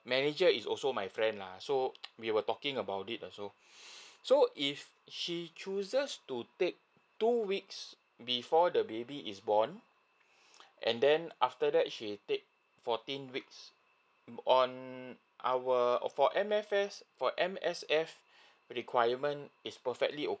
manager is also my friend lah so we were talking about it also so if she chooses to take two weeks before the baby is born and then after that she take fourteen weeks on our for M_S_F for M_S_F requirement is perfectly okay